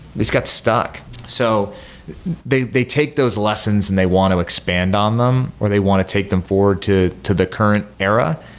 this got stuck. so they they take those lessons and they want to expand on them or they want to take them forward to to the current era.